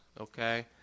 okay